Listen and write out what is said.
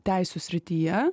teisių srityje